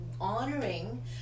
honoring